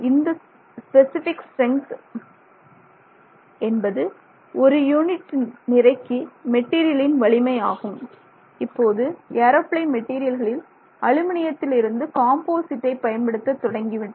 இந்த specific strength என்பது ஒரு யூனிட் நிறைக்கு மெட்டீரியலின் வலிமை ஆகும் இப்போது ஏரோபிளேன் மெட்டீரியல்கள்களில் அலுமினியத்தில் இருந்து காம்போசிட்டை பயன்படுத்தத் துவங்கிவிட்டனர்